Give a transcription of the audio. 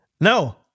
No